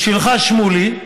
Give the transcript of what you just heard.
בשבילך, שמולי,